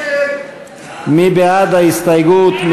מי בעד ההסתייגות?